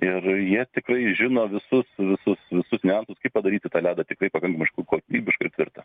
ir jie tikrai žino visus visus visus niuansus kaip padaryti tą ledą tikrai pakankamai iš tiesų kokybišką ir tvirtą